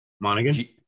Monaghan